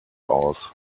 aus